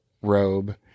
robe